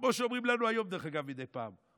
כמו שאומרים לנו היום מדי פעם,